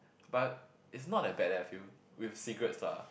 but it's not that bad leh I feel with cigarettes lah